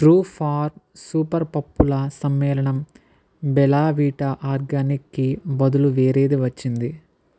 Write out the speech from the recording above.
true farm super పప్పుల సమ్మేళనం bela vita organic కి బదులు వేరేది వచ్చింది